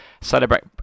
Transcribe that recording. celebrate